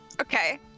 Okay